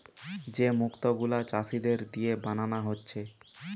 যে মুক্ত গুলা চাষীদের দিয়ে বানানা হচ্ছে